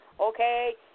okay